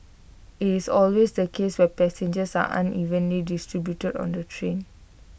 IT is always the case where passengers are unevenly distributed on the train